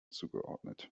zugeordnet